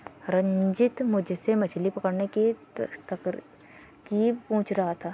रंजित मुझसे मछली पकड़ने की तरकीब पूछ रहा था